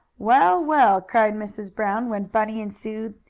well, well! cried mrs. brown, when bunny and sue,